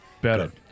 better